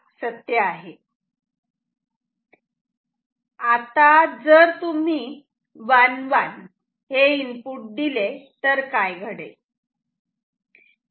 आता जर तुम्ही 1 1 हे इनपुट दिले तर काय घडेल